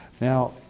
Now